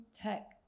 tech